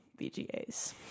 VGAs